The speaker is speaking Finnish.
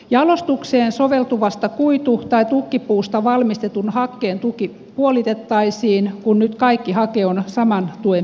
jalostukseen soveltuvasta kuitu tai tukkipuusta valmistetun hakkeen tuki puolitettaisiin kun nyt kaikki hake on saman tuen piirissä